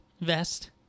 Vest